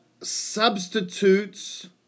substitutes